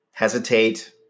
Hesitate